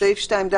38. בסעיף 2(ד),